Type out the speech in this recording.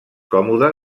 còmode